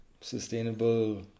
sustainable